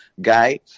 Guy